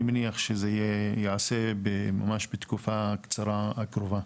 אני מניח שזה ייעשה ממש בתקופה קצרה הקרובה,